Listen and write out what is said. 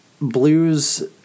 Blues